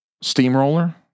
steamroller